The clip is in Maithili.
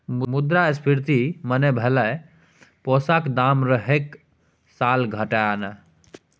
मुद्रास्फीति मने भलौ पैसाक दाम हरेक साल घटनाय